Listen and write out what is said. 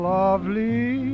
lovely